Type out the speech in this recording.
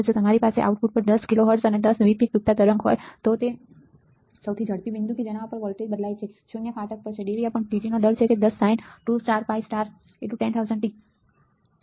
જો તમારી પાસે આઉટપુટ પર 10 KHz 10 Vpeak ડૂબતા તરંગ હોય તો તે સૌથી ઝડપી બિંદુ કે જેના પર વોલ્ટેજ બદલાય છે શૂન્ય ફાટક પર છે dvdt નો દર છે 10sin2π10000t 0